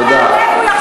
אין דבר כזה.